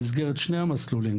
במסגרת שני המסלולים,